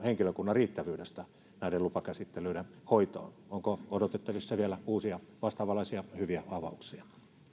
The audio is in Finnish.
henkilökunnan riittävyydestä näiden lupakäsittelyiden hoitoon onko odotettavissa vielä uusia vastaavanlaisia hyviä avauksia